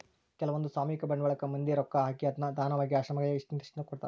ಕೆಲ್ವಂದು ಸಾಮೂಹಿಕ ಬಂಡವಾಳಕ್ಕ ಮಂದಿ ರೊಕ್ಕ ಹಾಕಿ ಅದ್ನ ದಾನವಾಗಿ ಆಶ್ರಮಗಳಿಗೆ ಇಂತಿಸ್ಟೆಂದು ಕೊಡ್ತರಾ